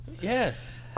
Yes